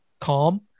calm